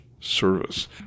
service